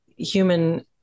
Human